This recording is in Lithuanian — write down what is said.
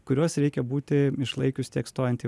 kuriuos reikia būti išlaikius tiek stojant į